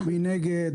מי נגד?